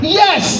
yes